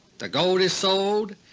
the gold is sold,